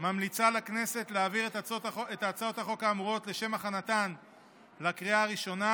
ממליצה לכנסת להעביר את הצעות החוק האמורות לשם הכנתן לקריאה הראשונה,